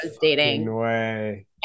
dating